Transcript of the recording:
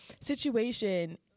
situation